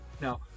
Now